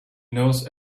knows